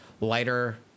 lighter